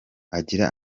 agira